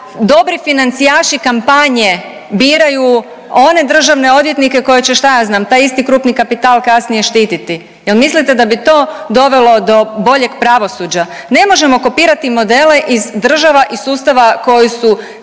dobri financijaši kampanje biraju one državne odvjetnike koje će šta ja znam taj isti krupni kapital kasnije štititi. Jel' mislite da bi to dovelo do boljeg pravosuđa? Ne možemo kopirati modele iz država, iz sustava koji su